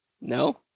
No